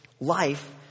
life